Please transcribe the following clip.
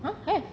!huh! have